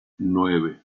nueve